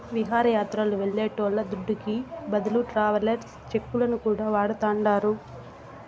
విహారయాత్రలు వెళ్లేటోళ్ల దుడ్డుకి బదులు ట్రావెలర్స్ చెక్కులను కూడా వాడతాండారు